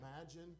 imagine